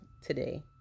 today